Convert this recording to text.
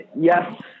Yes